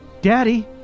Daddy